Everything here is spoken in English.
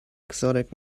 exotic